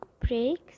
breaks